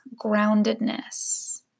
groundedness